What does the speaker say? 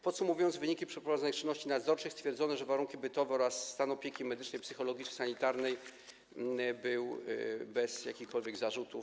Podsumowując wyniki przeprowadzonych czynności nadzorczych, stwierdzono, że warunki bytowe oraz stan opieki medycznej, psychologicznej i sanitarnej były bez jakichkolwiek zarzutów.